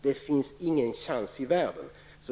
Det finns ingen chans i världen.